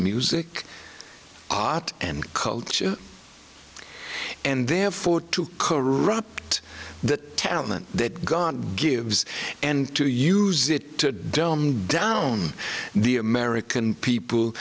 music art and culture and therefore to corrupt that talent that god gives and to use it to dumb down the american people